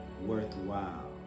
worthwhile